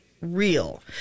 real